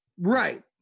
Right